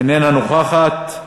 איננה נוכחת,